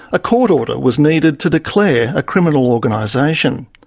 a court order was needed to declare a criminal organisation.